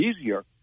easier